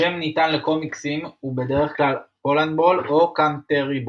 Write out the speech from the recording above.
השם הניתן לקומיקסים הוא בדרך כלל "פולנדבול" או "קאנטריבול".